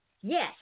Yes